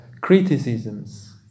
criticisms